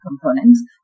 components